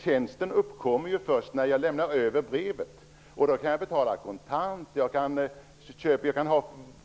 Tjänsten uppkommer först när jag lämnar över brevet, och då kan jag betala kontant, använda stämpel eller erlägga